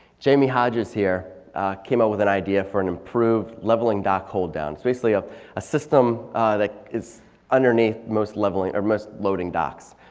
jamie hodges here came out with an idea for an improved leveling dock hold down. it's so basically ah a system that is underneath most leveling or most loading docks.